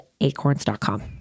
acorns.com